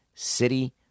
City